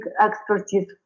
expertise